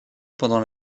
pendant